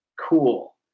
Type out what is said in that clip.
cool